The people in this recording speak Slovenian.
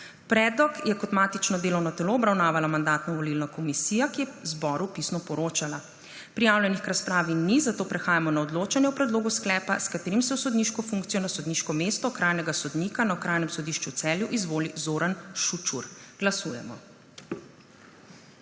Predlog je kot matično delovno telo obravnavala Mandatno-volilna komisija, ki je zboru pisno poročala. Ni prijavljenih k razpravi, zato prehajamo na odločanje o predlogu sklepa, s katerim se v sodniško funkcijo na sodniško mesto okrajne sodnice na Okrajnem sodišču v Velenju izvoli mag. Brina Felc. Glasujemo.